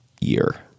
year